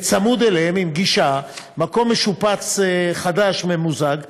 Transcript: וצמוד אליהם, עם גישה: מקום משופץ, חדש, ממוזג.